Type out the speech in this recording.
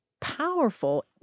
powerful